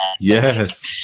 Yes